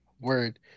Word